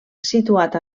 situat